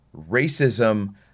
racism